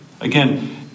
Again